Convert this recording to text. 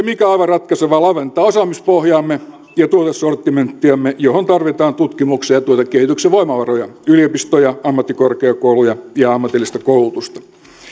mikä aivan ratkaisevaa laventaa osaamispohjaamme ja tuotesortimenttiamme johon tarvitaan tutkimuksen ja tuotekehityksen voimavaroja yliopistoja ammattikorkeakouluja ja ammatillista koulutusta